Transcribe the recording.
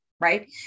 right